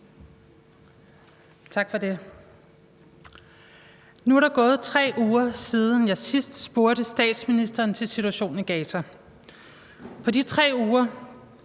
Tak for det. Nu er der gået 3 uger, siden jeg sidst spurgte statsministeren til situationen i Gaza. På de 3 uger